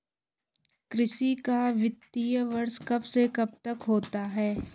कृषि का वित्तीय वर्ष कब से कब तक होता है?